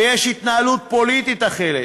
ויש התנהלות פוליטית אחרת,